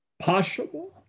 possible